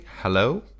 hello